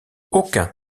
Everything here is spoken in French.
aucun